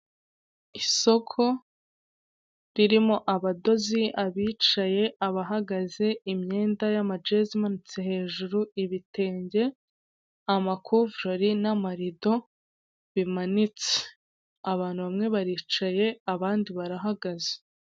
Isoko ririmo abadozi abicaye, abahagaze, imyenda y'amajezi imanitse hejuru, ibitenge, amakuvureri n'amarido bimanitse. Abantu bamwe baricaye abandi barahagaze.